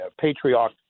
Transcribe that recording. patriarch